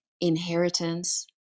inheritance